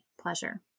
pleasure